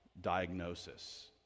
diagnosis